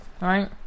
right